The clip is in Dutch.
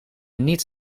niet